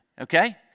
Okay